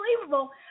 unbelievable